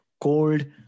cold